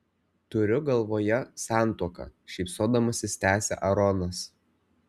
turiu galvoje santuoką šypsodamasis tęsia aaronas